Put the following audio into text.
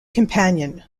companion